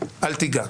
אל תיגע.